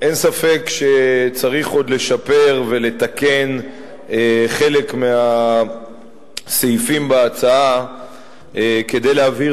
אין ספק שצריך עוד לשפר ולתקן חלק מהסעיפים בהצעה כדי להבהיר